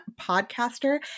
podcaster